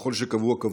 ככל שקבוע קבוע.